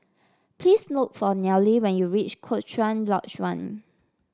please look for Nealy when you reach Cochrane Lodge One